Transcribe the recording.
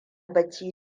bacci